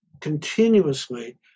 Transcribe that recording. continuously